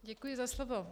Děkuji za slovo.